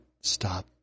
stop